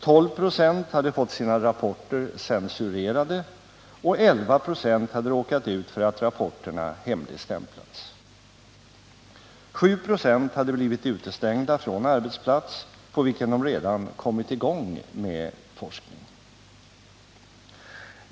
12 ?, hade fått sina rapporter censurerade och 11 ?, hade råkat ut för att rapporterna hemligstämplats. 7 2, hade blivit utestängda från arbetsplats på vilken de redan kommit i gång med forskning.